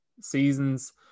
seasons